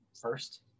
first